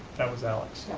that was alex.